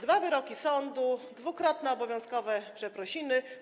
Dwa wyroki sądu, dwukrotne obowiązkowe przeprosiny.